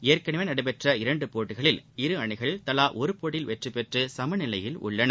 ஏற்கனவே நடைபெற்ற இரண்டு போட்டிகளில் இரு அணிகள் தலா ஒரு போட்டியில் வெற்றி பெற்று சமநிலையில் உள்ளன